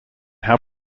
how